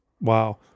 Wow